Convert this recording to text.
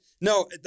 no